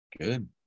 good